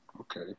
Okay